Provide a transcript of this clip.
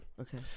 Okay